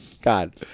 God